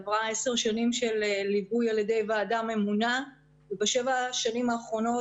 עברה 10 שנים של ליווי על ידי ועדה ממונה ובשבע השנים האחרונות